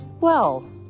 Well